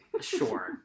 Sure